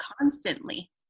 constantly